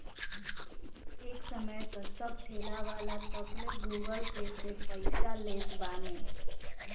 एक समय तअ सब ठेलावाला तकले गूगल पे से पईसा लेत बाने